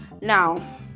Now